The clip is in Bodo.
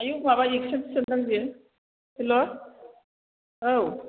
आयु माबा इक्ससेनसोदां बेयो हेल' औ